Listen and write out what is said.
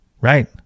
right